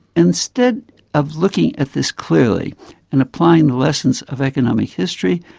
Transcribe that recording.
instead of looking at this clearly and applying the lessons of economic history,